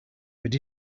but